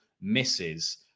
misses